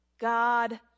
God